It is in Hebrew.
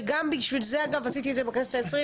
וגם בשבילי זה עשיתי את זה בכנסת העשרים